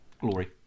Glory